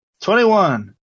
Twenty-one